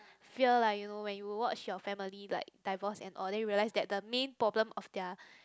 fear lah you know when you watch your family like divorce and all then you realise that the main problem of their